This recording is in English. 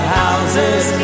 houses